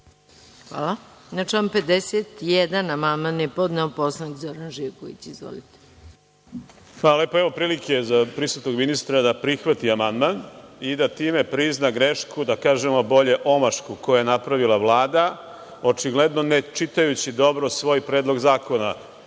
Hvala. Na član 51. amandman je podneo poslanik Zoran Živković. Izvolite. **Zoran Živković** Hvala lepo. Evo prilike za prisutnog ministra da prihvati amandman i da time prizna grešku, da kažemo bolje omašku koju je napravila Vlada, očigledno ne čitajući dobro svoj predlog zakona,